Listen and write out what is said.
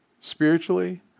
Spiritually